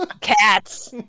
Cats